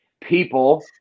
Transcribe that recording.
people